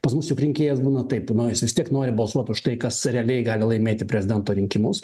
pas mus juk rinkėjas būna taip jis vis tiek nori balsuoti už tai kas realiai gali laimėti prezidento rinkimus